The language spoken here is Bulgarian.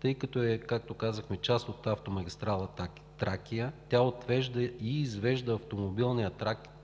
тъй като е, както казахме, част от автомагистрала „Тракия“. Тя отвежда и извежда автомобилния трафик